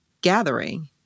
gathering